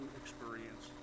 experience